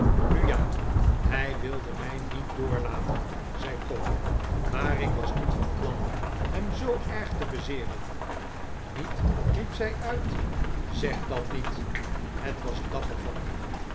nu ja hij wilde mij niet doorlaten zei tom maar ik was niet van plan hem zoo erg te bezeeren niet riep zij uit zeg dat niet het was dapper van u